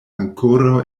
ankoraŭ